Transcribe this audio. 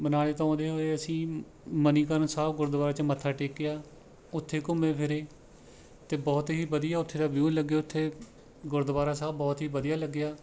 ਮਨਾਲੀ ਤੋਂ ਆਉਂਦੇ ਹੋਏ ਅਸੀਂ ਮਨੀਕਰਨ ਸਾਹਿਬ ਗੁਰਦੁਆਰੇ 'ਚ ਮੱਥਾ ਟੇਕਿਆ ਉੱਥੇ ਘੁੰਮੇ ਫਿਰੇ ਅਤੇ ਬਹੁਤ ਹੀ ਵਧੀਆ ਉੱਥੇ ਦਾ ਵਿਊ ਲੱਗਿਆ ਉੱਥੇ ਗੁਰਦੁਆਰਾ ਸਾਹਿਬ ਬਹੁਤ ਹੀ ਵਧੀਆ ਲੱਗਿਆ